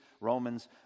Romans